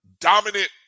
dominant